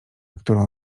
którą